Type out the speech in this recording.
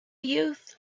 youth